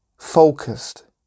focused